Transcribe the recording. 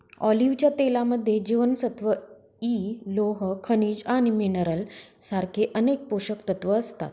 ऑलिव्हच्या तेलामध्ये जीवनसत्व इ, लोह, खनिज मिनरल सारखे अनेक पोषकतत्व असतात